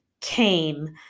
came